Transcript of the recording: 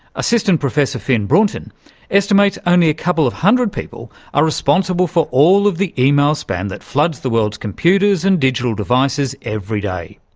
assistant professor finn brunton estimates only a couple of hundred people are responsible for all of the email spam that floods the world's computers and digital devices devices every day.